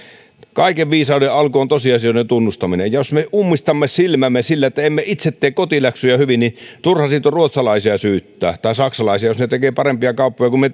kaiken viisauden alku on tosiasioiden tunnustaminen jos me ummistamme silmämme sillä että emme itse tee kotiläksyjä hyvin niin turha siitä on ruotsalaisia tai saksalaisia syyttää jos ne tekevät parempia kauppoja kuin me